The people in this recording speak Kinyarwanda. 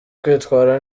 kwitwara